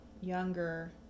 younger